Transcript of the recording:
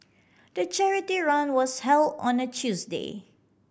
the charity run was held on a Tuesday